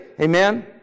amen